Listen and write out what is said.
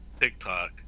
tiktok